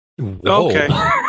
Okay